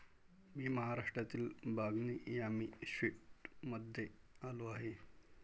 मी महाराष्ट्रातील बागनी यामी स्वीट्समध्ये आलो आहे